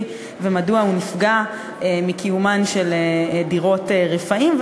ומדוע הוא נפגע מקיומן של דירות רפאים.